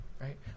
right